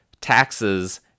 taxes